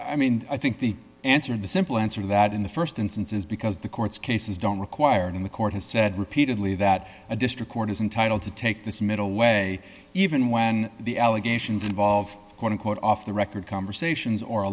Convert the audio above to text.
i mean i think the answer the simple answer that in the st instance is because the court's cases don't require in the court has said repeatedly that a district court is entitled to take this middle way even when the allegations involve quote unquote off the record conversations or